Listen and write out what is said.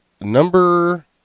Number